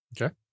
Okay